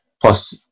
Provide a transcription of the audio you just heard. Plus